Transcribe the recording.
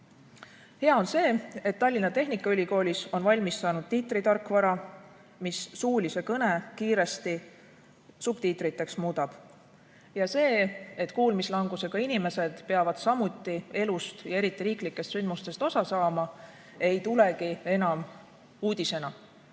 Hea on see, et Tallinna Tehnikaülikoolis on valmis saanud tiitritarkvara, mis suulise kõne kiiresti subtiitriteks muudab. See, et kuulmislangusega inimesed peavad samuti elust, ja eriti riiklikest sündmustest, osa saama, ei tulegi enam uudisena.